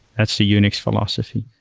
that's the unix philosophy.